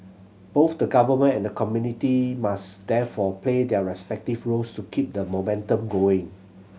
both the government and the community must therefore play their respective roles to keep the momentum going